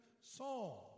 psalm